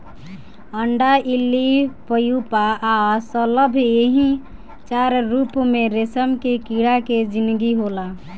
अंडा इल्ली प्यूपा आ शलभ एही चार रूप में रेशम के कीड़ा के जिनगी होला